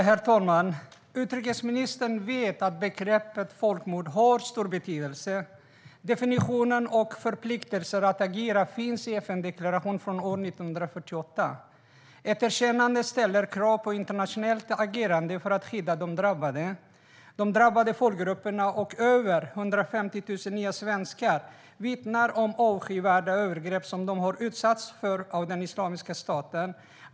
Herr talman! Utrikesministern vet att begreppet folkmord har stor betydelse. Definitionen och förpliktelser att agera finns i FN:s deklaration från år 1948. Ett erkännande ställer krav på internationellt agerande för att skydda de drabbade. De drabbade folkgrupperna och över 150 000 nya svenskar vittnar om avskyvärda övergrepp som de har utsatts för av Islamiska staten.